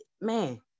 man